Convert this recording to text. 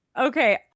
Okay